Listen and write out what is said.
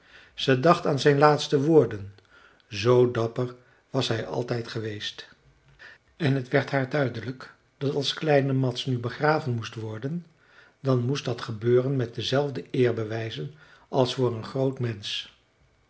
ze dacht aan zijn laatste woorden zoo dapper was hij altijd geweest en het werd haar duidelijk dat als kleine mads nu begraven moest worden dan moest dat gebeuren met dezelfde eerbewijzen als voor een groot mensch